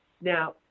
Now